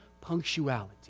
punctuality